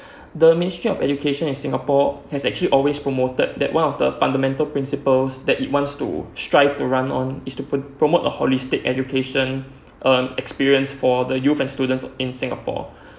the ministry of education in singapore has actually always promoted that one of the fundamental principles that it wants to strive to run on is to pro~ promote a holistic education uh experience for the youth and students in singapore